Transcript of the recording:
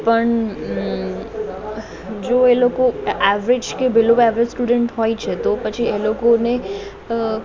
પણ અં જો એ લોકો એવરેજ કે બીલો એવરેજ સ્ટુડન્ટ હોય છે તો પછી એ લોકોને અ